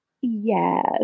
Yes